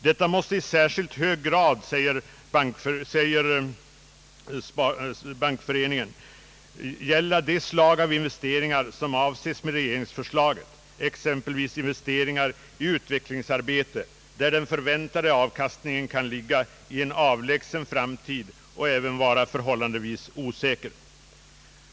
Detta måste i särskilt hög grad, säger föreningen, gälla de slag av investeringar som avses med regeringsförslaget, exempelvis investeringar i utvecklingsarbete, där den förväntade avkastningen kan ligga i en avlägsen framtid och även vara förhållandevis osäker.